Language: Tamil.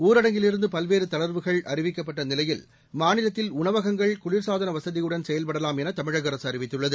ஊரடங்கிலிருந்து பல்வேறு தளர்வுகள் அறிவிக்கப்பட்ட நிலையில் மாநிலத்தில் உணவகங்கள் குளிர்சாதன வசதியுடன் செயல்படலாம் என தமிழக அரசு அறிவித்துள்ளது